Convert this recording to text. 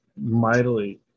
mightily